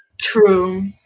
True